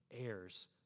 heirs